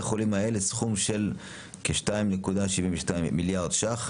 החולים האלה סכום של כ-2.72 מיליארד שקלים,